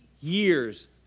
years